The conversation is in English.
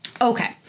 Okay